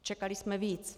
Čekali jsme víc.